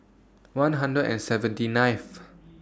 one hundred and seventy ninth